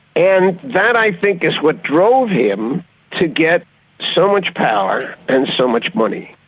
and that i think is what drove him to get so much power and so much money.